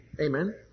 Amen